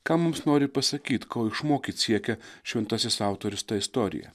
ką mums nori pasakyt ko išmokyt siekia šventasis autorius ta istorija